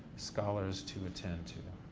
scholars to attend to.